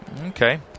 Okay